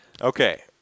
okay